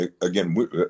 again